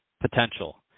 potential